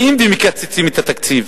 באים ומקצצים את התקציב